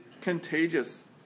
contagious